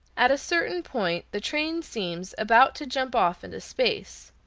at a certain point the train seems about to jump off into space,